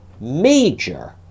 major